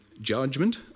judgment